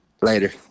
later